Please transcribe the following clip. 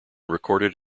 recorded